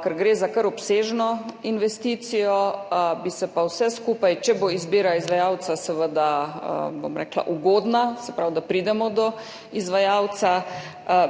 Ker gre za kar obsežno investicijo, bi se pa vse skupaj, če bo izbira izvajalca, bom rekla, ugodna, se pravi, da pridemo do izvajalca,